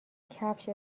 کفش